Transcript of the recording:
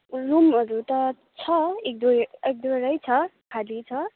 रुमहरू त छ एक दुई एक दुइवटा छ खाली छ